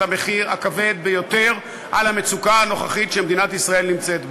המחיר הכבד ביותר על המצוקה הנוכחית שמדינת ישראל נמצאת בה.